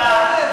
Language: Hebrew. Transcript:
זה לא עלה.